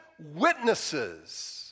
witnesses